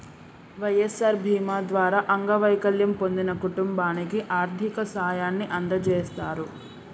వై.ఎస్.ఆర్ బీమా ద్వారా అంగవైకల్యం పొందిన కుటుంబానికి ఆర్థిక సాయాన్ని అందజేస్తారు